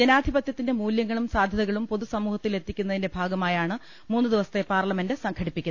ജനാധിപത്യത്തിന്റെ മൂല്യങ്ങളും സാധ്യതകളും പൊതുസമൂഹത്തിൽ എത്തിക്കുന്നതിന്റെ ഭാ ഗമായാണ് മൂന്ന് ദിവസത്തെ പാർലമെന്റ് സംഘടിപ്പിക്കുന്നത്